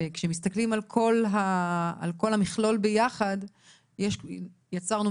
וכשמסתכלים על כל המכלול ביחד יצרנו